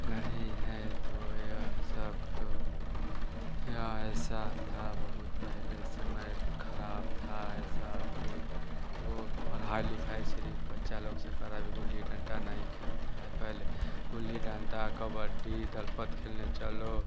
नहीं है तो यह सब तो हिया ऐसा था बहुत पहले समय ख़राब था ऐसा भी तो पढ़ाई लिखाई सिर्फ बच्चा लोग से करावे गुल्ली डंडा नहीं खेलते हैं पहले गुल्ली डंडा कबड्डी दलपत खेलने चलो